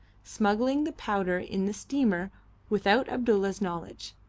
smuggling the powder in the steamer without abdulla's knowledge.